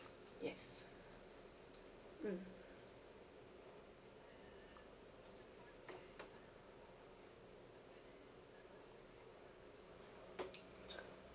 yes mm